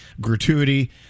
gratuity